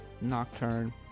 nocturne